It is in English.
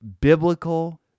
biblical